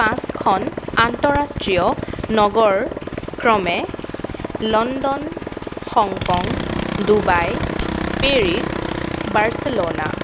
পাঁচখন আন্তৰাষ্ট্ৰীয় নগৰ ক্ৰমে London Hong Kong Dubai Paris Barcelona